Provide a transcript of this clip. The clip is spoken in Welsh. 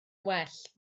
well